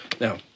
Now